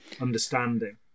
understanding